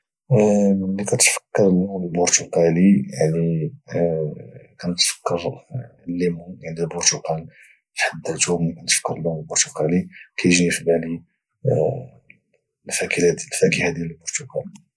مللي كانتفكر اللون البرتقالين يعني كانتفكر الليمون البرتقال ملي كانتفكر اللون البرتقالي اللي كايجيني في بالي الفاكهه ديال البرتقال